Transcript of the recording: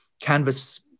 canvas